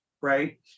right